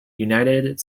united